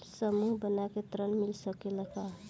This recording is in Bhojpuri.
समूह बना के ऋण मिल सकेला का?